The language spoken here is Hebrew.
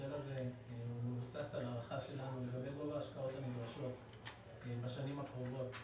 הוא מבוסס על הערכה שלנו לגבי גובה ההשקעות הנדרשות בשנים הקרובות,